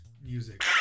music